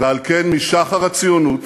על כן, משחר הציונות